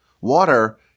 water